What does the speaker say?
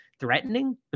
threatening